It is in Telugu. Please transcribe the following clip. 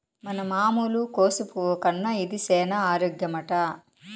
మన మామూలు కోసు పువ్వు కన్నా ఇది సేన ఆరోగ్యమట